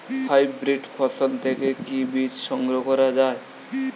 Hybrid ফসল থেকে কি বীজ সংগ্রহ করা য়ায়?